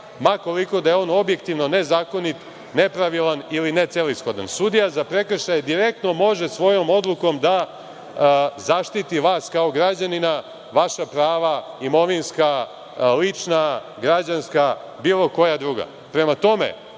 ma koliko da je on objektivno nezakonit, nepravilan ili necelishodan. Sudija za prekršaje direktno može svojom odlukom da zaštiti vas kao građanina, vaša prava imovinska, lična, građanska, bilo koja druga.